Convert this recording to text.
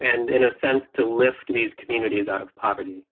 and in a sense, to lift these communities out of poverty.